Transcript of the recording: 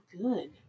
good